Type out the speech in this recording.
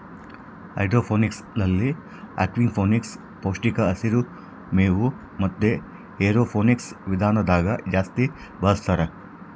ಹೈಡ್ರೋಫೋನಿಕ್ಸ್ನಲ್ಲಿ ಅಕ್ವಾಫೋನಿಕ್ಸ್, ಪೌಷ್ಟಿಕ ಹಸಿರು ಮೇವು ಮತೆ ಏರೋಫೋನಿಕ್ಸ್ ವಿಧಾನದಾಗ ಜಾಸ್ತಿ ಬಳಸ್ತಾರ